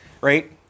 right